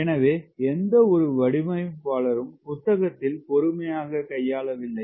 எனவே எந்த ஒரு வடிவமைப்பாளரும் புத்தகத்தில் பொறுமையாக இல்லை